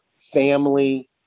family